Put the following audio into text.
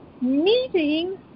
meeting